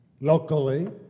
locally